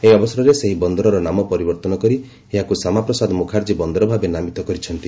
ଏହି ଅବସରରେ ସେ ଏହି ବନ୍ଦରର ନାମ ପରିବର୍ତ୍ତନ କରି ଶ୍ୟାମାପ୍ରସାଦ ମୁଖାର୍ଜୀ ବନ୍ଦର ଭାବେ ନାମିତ କରିଛନ୍ତି